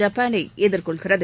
ஜப்பானை எதிர்கொள்கிறது